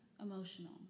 emotional